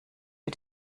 für